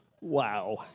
Wow